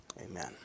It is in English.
Amen